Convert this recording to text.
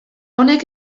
honek